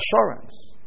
assurance